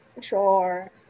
Sure